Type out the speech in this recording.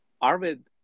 Arvid